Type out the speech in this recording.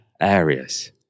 areas